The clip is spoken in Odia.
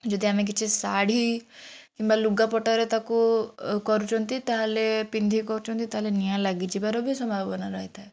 ଯଦି ଆମେ କିଛି ଶାଢ଼ୀ କିମ୍ବା ଲୁଗାପଟାରେ ତାକୁ କରୁଛନ୍ତି ତା'ହେଲେ ପିନ୍ଧିକି କରୁଛନ୍ତି ତା'ହେଲେ ନିଆଁ ଲାଗିଯିବାର ବି ସମ୍ଭାବନା ରହିଥାଏ